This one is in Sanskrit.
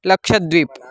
लक्षद्वीप्